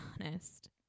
honest